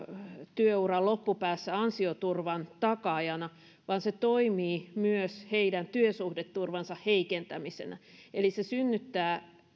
työuran loppupäässä vain ansioturvan takaajana vaan se toimii myös heidän työsuhdeturvansa heikentämisenä eli se synnyttää